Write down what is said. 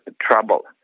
trouble